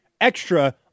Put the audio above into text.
extra